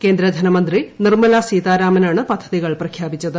കേന്ദ്ര ധനമന്ത്രി നിർമ്മലാ സീതാരാമനാണ് പദ്ധതികൾ പ്രഖ്യാപിച്ചത്